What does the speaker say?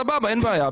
סבבה, אין בעיה.